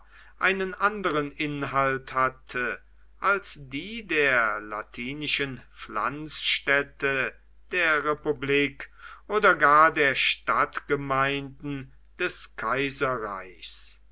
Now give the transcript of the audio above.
einen anderen inhalt hatte als die der latinischen pflanzstädte der republik oder gar der stadtgemeinden des kaiserreichs